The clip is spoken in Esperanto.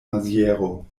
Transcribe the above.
maziero